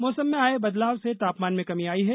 मौसम में आये बदलाव से तापमान में कमी आई है